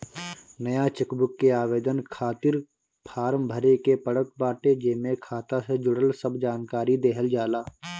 नया चेकबुक के आवेदन खातिर फार्म भरे के पड़त बाटे जेमे खाता से जुड़ल सब जानकरी देहल जाला